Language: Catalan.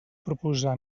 proposar